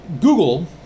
Google